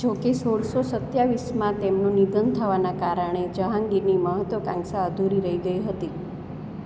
જોકે સોળસો સત્યાવીસમાં તેમનું નિધન થવાનાં કારણે જહાંગીરની મહત્વાકાંક્ષા અધુરી રહી ગઈ હતી